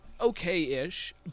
okay-ish